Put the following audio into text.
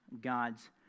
god's